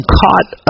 caught